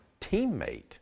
teammate